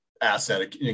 asset